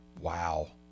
Wow